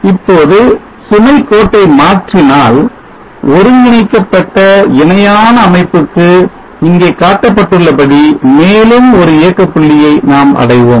இப்பொழுது சுமைக்கோட்டை மாற்றினால் ஒருங்கிணைக்கப்பட்ட இணையான அமைப்புக்கு இங்கே காட்டப்பட்டுள்ள படி மேலும் ஒரு இயக்க புள்ளியை நாம் அடைவோம்